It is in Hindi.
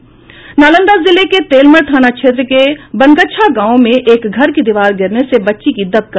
नालंदा जिले के तेलमर थाना क्षेत्र के बनगच्छा गांव में एक घर की दीवार गिरने से बच्ची की दबकर मौत हो गयी